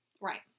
Right